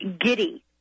giddy